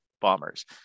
bombers